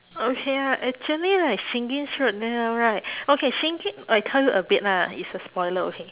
okay lah actually like shingen's route there right okay shingen I tell you a bit lah it's a spoiler okay